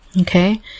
okay